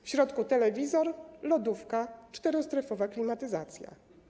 W środku telewizor, lodówka, czterostrefowa klimatyzacja.